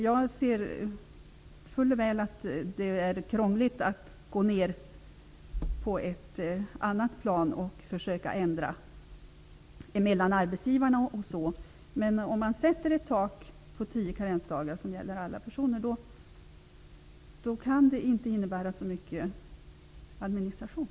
Jag inser fuller väl att det är krångligt att gå ner på ett annat plan och försöka ändra på reglerna som gäller mellan arbetsgivarna. Om man sätter ett tak på tio karensdagar som gäller alla personer kan det inte innebära så mycket administration.